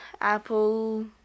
Apple